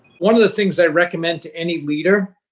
one of the things i recommend to any leader,